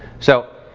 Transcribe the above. so,